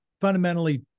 fundamentally